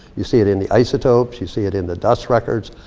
you see it in the isotopes. you see it in the dust records.